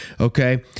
okay